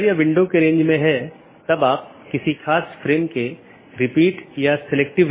चौथा वैकल्पिक गैर संक्रमणीय विशेषता है